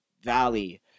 valley